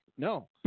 No